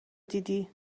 دیدی